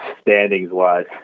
standings-wise